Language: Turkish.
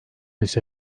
ise